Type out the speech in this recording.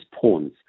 pawns